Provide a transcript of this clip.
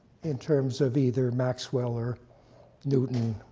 in terms of either maxwell, or newton,